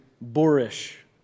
boorish